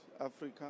Africa